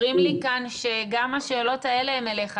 אומרים לי כאן שגם השאלות האלה הן אליך,